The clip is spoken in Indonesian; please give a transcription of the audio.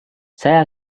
saya